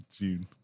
June